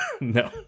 No